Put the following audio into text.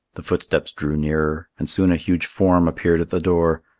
the footsteps drew nearer, and soon a huge form appeared at the door.